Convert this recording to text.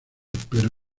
pero